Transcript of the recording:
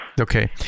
Okay